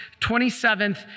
27th